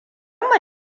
mu